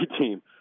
team